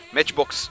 Matchbox